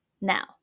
Now